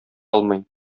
алмый